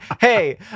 hey